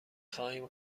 خواهیم